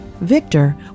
Victor